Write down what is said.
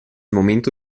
momento